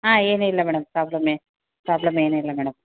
ಹಾಂ ಏನಿಲ್ಲ madam problem ಏನು ಪ್ರಾಬ್ಲಮ್ ಏನಿಲ್ಲ ಮೇಡಮ್